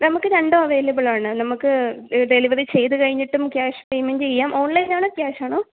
നമുക്ക് രണ്ടും അവൈലബിളാണ് നമുക്ക് ഡെലിവറി ചെയ്തു കഴിഞ്ഞിട്ടും ക്യാഷ് പെയ്മെൻറ് ചെയ്യാം ഓൺലൈനാണോ ക്യാഷാണോ